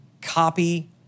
Copy